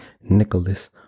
Nicholas